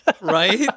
right